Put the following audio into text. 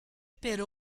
per